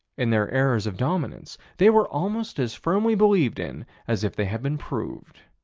in their eras of dominance, they were almost as firmly believed in as if they had been proved.